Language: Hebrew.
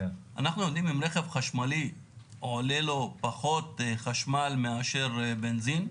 אנחנו יודעים אם רכב חשמלי עולה לו פחות משמל מאשר בנזין?